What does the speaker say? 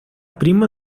primo